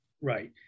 Right